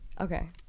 Okay